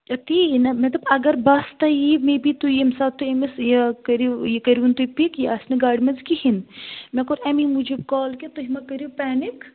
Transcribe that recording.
تی نہَ مےٚ دوٚپ اگر بَس تۄہہِ یِیہِ مے بی تُہۍ ییٚمہِ ساتہٕ تُہۍ أمس یہِ کٔرِو یہِ کٔرۍہوٗن تُہۍ پِک یہِ آسہِ نہٕ گاڑِ مَنٛز کِہیٖنٛۍ مےٚ کوٚر اَمے موٗجوٗب کال کہِ تُہۍ ما کٔرِو پینِک